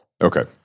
Okay